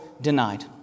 denied